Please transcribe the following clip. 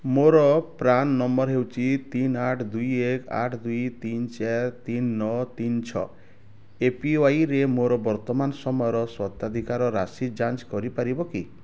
ମୋର PRAN number ହେଉଛି ତିନି ଆଠେ ଦୁଇ ଏକେ ଦୁଇ ତିନି ଚାରି ତିନି ନଅ ତିନି ଛଅ ଏପିୱାଇରେ ମୋର ବର୍ତ୍ତମାନ ସମୟର ସ୍ୱତ୍ୱାଧିକାର ରାଶି ଯାଞ୍ଚ କରିପାରିବ କି